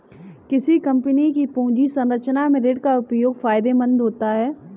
किसी कंपनी की पूंजी संरचना में ऋण का उपयोग फायदेमंद होता है